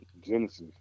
Genesis